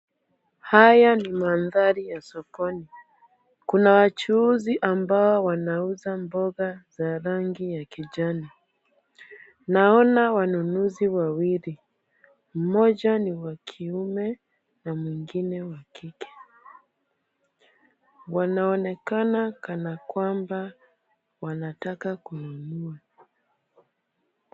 Haya ni maandhari ya sokoni, kuna wachuuzi ambao wanauza mboga za rangi ya kijani. Naona wanunuzi wawili. Mmoja ni wa kiume, na mwingine wa kike, wanaonekana kana kwamba wanataka kununua